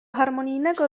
harmonijnego